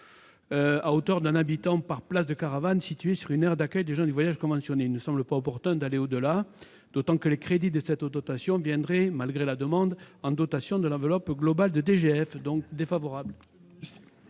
à hauteur d'un habitant par place de caravane située sur une aire d'accueil des gens du voyage conventionnée. Il ne me semble pas opportun d'aller au-delà, d'autant que les crédits de cette dotation viendraient, malgré votre demande, en déduction de l'enveloppe globale de la DGF. L'avis est défavorable.